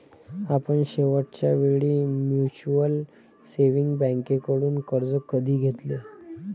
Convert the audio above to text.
आपण शेवटच्या वेळी म्युच्युअल सेव्हिंग्ज बँकेकडून कर्ज कधी घेतले?